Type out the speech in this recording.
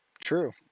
True